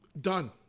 Done